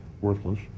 worthless